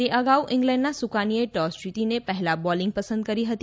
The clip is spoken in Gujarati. તે અગાઉ ઇંગ્લેન્ડના સુકાનીએ ટોસ જીતીને પહેલાં બોલીંગ પસંદ કરી હતી